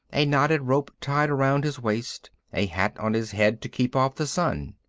a knotted rope tied around his waist, a hat on his head to keep off the sun.